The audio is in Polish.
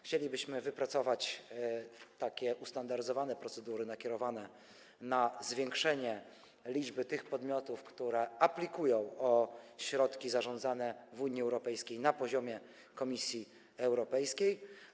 Chcielibyśmy wypracować ustandaryzowane procedury nakierowane na zwiększenie liczby podmiotów, które aplikują o środki zarządzane w Unii Europejskiej na poziomie Komisji Europejskiej.